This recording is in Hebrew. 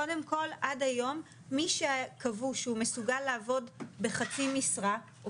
קודם כל עד היום מי שקבעו שהוא מסוגל לעבוד בחצי משרה או